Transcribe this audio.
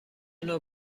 نوع